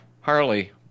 Harley